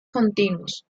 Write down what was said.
continuos